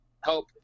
help